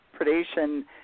predation